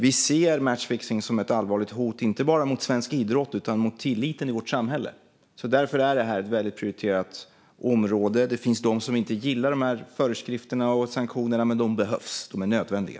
Vi ser matchfixning som ett allvarligt hot mot inte bara svensk idrott utan mot tilliten i vårt samhälle. Därför är det här ett väldigt prioriterat område. Det finns de som inte gillar de här föreskrifterna och sanktionerna, men de behövs. De är nödvändiga.